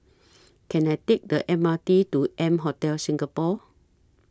Can I Take The M R T to M Hotel Singapore